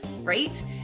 right